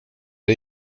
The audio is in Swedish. det